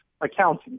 accounting